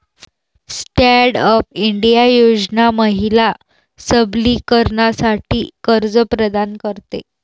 stand up India योजना महिला सबलीकरणासाठी कर्ज प्रदान करते